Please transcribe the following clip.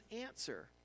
answer